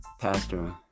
Pastor